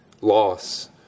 loss